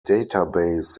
database